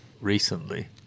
recently